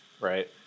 right